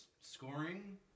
scoring